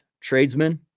tradesmen